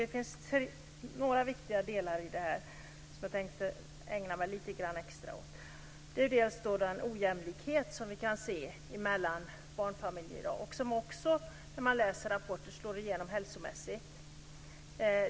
Det finns några viktiga delar av detta som jag vill ägna mig lite extra åt. Det gäller den ojämlikhet mellan barnfamiljer som man kan se i dag och - vilket man kan läsa om i rapporter - som slår igenom hälsomässigt.